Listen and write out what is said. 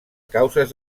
causes